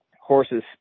horses